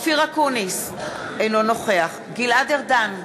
אופיר אקוניס, אינו נוכח גלעד ארדן,